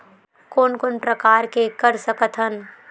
कोन कोन प्रकार के कर सकथ हन?